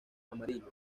amarillo